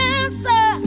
answer